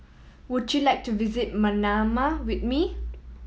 would you like to visit Manama with me